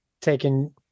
taking